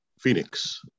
Phoenix